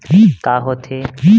का होथे?